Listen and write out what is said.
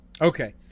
Okay